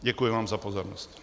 Děkuji vám za pozornost.